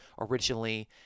originally